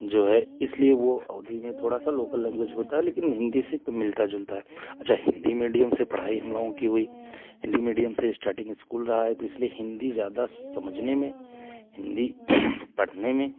जो है इसलिए वो अवधि में थोड़ा सा लोकल लैंग्वेज होता है लेकिन हिंदी से मिलता जुलता है अच्छा हिंदी मीडियम से पढ़ाई हम लोगों की हुई हिंदी मीडियम से स्टार्टिंग स्कूल रहा है तो इसलिए हिंदी ज्यादा समझने में हिंदी पढ़ने में